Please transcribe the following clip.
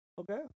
Okay